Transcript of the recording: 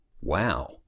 Wow